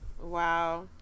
Wow